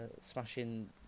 smashing